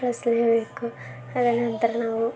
ಬಳಸಲೇಬೇಕು ಅದರ ನಂತರ ನಾವು